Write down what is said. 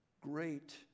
great